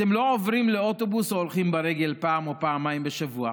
אתם לא עוברים לאוטובוס או הולכים ברגל פעם או פעמיים בשבוע,